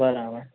બરાબર